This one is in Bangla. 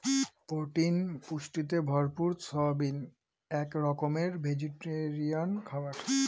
প্রোটিন পুষ্টিতে ভরপুর সয়াবিন এক রকমের ভেজিটেরিয়ান খাবার